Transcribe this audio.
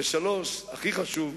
שלוש, הכי חשוב,